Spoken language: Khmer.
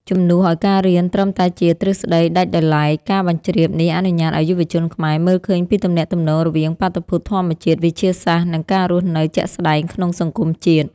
ជំនួសឱ្យការរៀនត្រឹមតែជាទ្រឹស្ដីដាច់ដោយឡែក ការបញ្ជ្រាបនេះអនុញ្ញាតឱ្យយុវជនខ្មែរមើលឃើញពីទំនាក់ទំនងរវាងបាតុភូតធម្មជាតិ វិទ្យាសាស្ត្រ និងការរស់នៅជាក់ស្ដែងក្នុងសង្គមជាតិ។